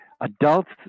Adults